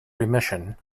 remission